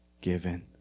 given